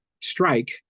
strike